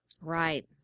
Right